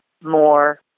more